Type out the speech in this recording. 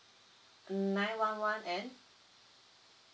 mm nine one one and